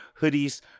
hoodies